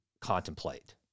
contemplate